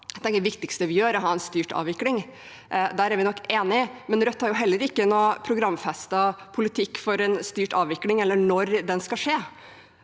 det viktigste vi kan gjøre, er å ha en styrt avvikling. Der er vi nok enige, men Rødt har jo heller ikke noen programfestet politikk for en styrt avvikling eller når den skal skje,